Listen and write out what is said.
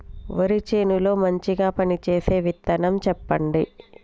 వరి చేను లో మంచిగా పనిచేసే విత్తనం చెప్పండి?